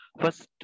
First